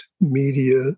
media